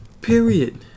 Period